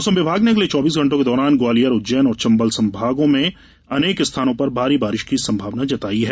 मौसम विभाग ने अगले चौबीस घंटो के दौरान ग्वालियर उज्जैन और चंबल संभाग में अनेक स्थानों पर भारी बारिश की संभावना जताई है